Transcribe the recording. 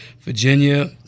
Virginia